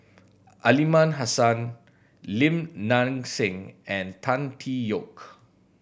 Aliman Hassan Lim Nang Seng and Tan Tee Yoke